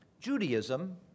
Judaism